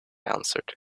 answered